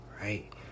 right